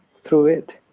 through it,